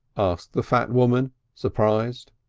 asked the fat woman, surprised.